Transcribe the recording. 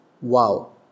wow